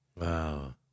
Wow